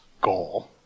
goal